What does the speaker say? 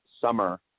summer